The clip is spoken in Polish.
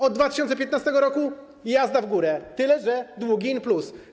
Od 2015 r. jazda w górę, tyle że długi in plus.